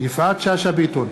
יפעת שאשא ביטון,